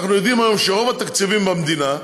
אנחנו יודעים היום שרוב התקציבים במדינה,